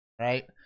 right